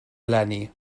eleni